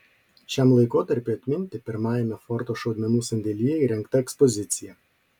šiam laikotarpiui atminti pirmajame forto šaudmenų sandėlyje įrengta ekspozicija